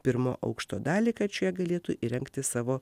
pirmo aukšto dalį kad šie galėtų įrengti savo